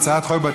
הקמת בתי